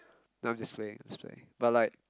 no i'm just playing i'm just playing but like